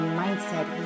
mindset